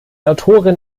autorin